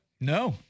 No